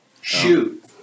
Shoot